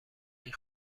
این